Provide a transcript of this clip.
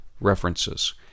references